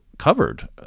Covered